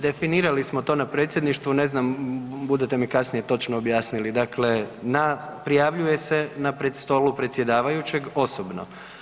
Definirali smo to na Predsjedništvu, ne znam, budete mi kasnije točno objasnili, dakle na, prijavljuje se na stolu predsjedavajućeg osobno.